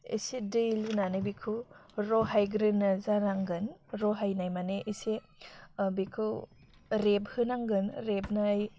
एसे दै लुनानै बेखौ रहायग्रोनो जानांगोन रहायनाय माने एसे बेखौ रेबहोनांगोन रेबनाय